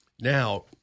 Now